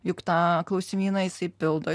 juk tą klausimyną jisai pildo